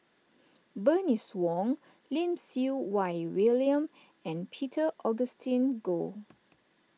Bernice Wong Lim Siew Wai William and Peter Augustine Goh